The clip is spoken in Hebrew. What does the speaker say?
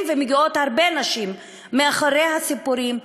ומגיעות הרבה מהנשים שמאחורי הסיפורים,